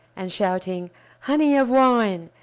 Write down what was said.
and shouting honey of wine!